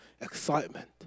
excitement